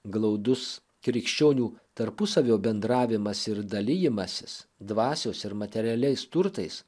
glaudus krikščionių tarpusavio bendravimas ir dalijimasis dvasios ir materialiais turtais